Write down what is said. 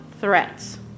threats